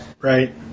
Right